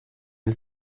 hil